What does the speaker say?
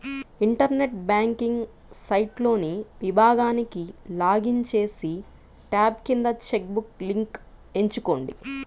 internet banking సైట్లోని విభాగానికి login చేసి, ట్యాబ్ కింద చెక్ బుక్ లింక్ ఎంచుకోండి